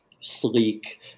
sleek